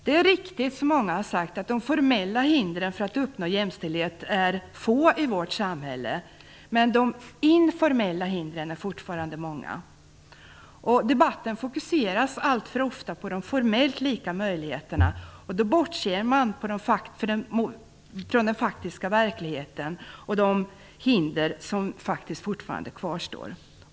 Det är riktigt, som många har sagt, att de formella hindren för att uppnå jämställdhet är få i vårt samhälle, men de informella hindren är fortfarande många. Debatten fokuseras alltför ofta på de formellt lika möjligheterna. Då bortser man från den faktiska verkligheten och de hinder som fortfarande kvarstår.